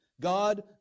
God